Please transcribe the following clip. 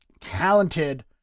talented